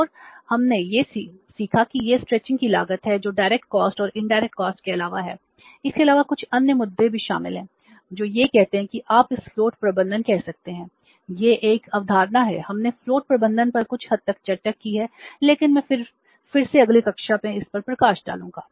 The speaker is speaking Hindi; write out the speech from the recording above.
और हमने यह सीखा कि यह स्ट्रेचिंग प्रबंधन पर कुछ हद तक चर्चा की है लेकिन मैं फिर से अगली कक्षा में इस पर प्रकाश डालूंगा